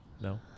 No